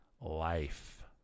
life